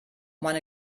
meine